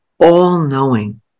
all-knowing